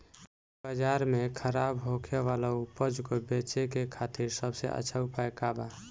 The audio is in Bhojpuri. बाजार में खराब होखे वाला उपज को बेचे के खातिर सबसे अच्छा उपाय का बा?